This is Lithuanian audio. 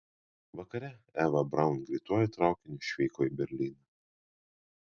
vakare eva braun greituoju traukiniu išvyko į berlyną